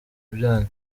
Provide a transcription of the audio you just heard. byanyu